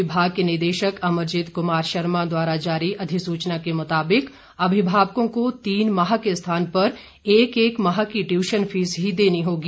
विभाग के निदेशक अमरजीत कुमार शर्मा द्वारा जारी अधिसूचना के मुताबिक अभिभावकों को तीन माह के स्थान पर एक एक माह की ट्यूशन फीस ही देनी होगी